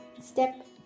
Step